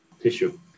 tissue